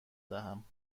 دهم